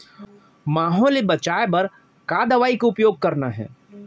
माहो ले बचाओ बर का दवई के उपयोग करना हे?